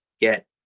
get